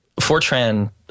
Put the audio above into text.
Fortran